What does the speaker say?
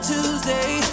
Tuesday